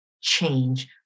change